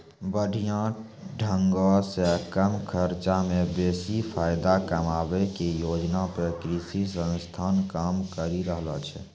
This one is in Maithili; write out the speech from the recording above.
बढ़िया ढंगो से कम खर्चा मे बेसी फायदा कमाबै के योजना पे कृषि संस्थान काम करि रहलो छै